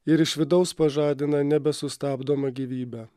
ir iš vidaus pažadina nebesustabdomą gyvybę